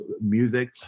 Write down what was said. music